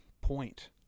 point